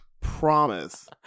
Promise